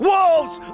Wolves